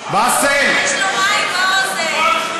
יש לו מים באוזן.